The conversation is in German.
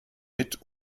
mit